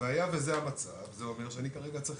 והיה וזה המצב זה אומר שאני כרגע צריך